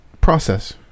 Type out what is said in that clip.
process